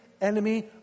enemy